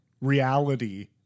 reality